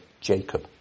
Jacob